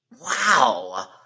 Wow